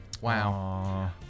Wow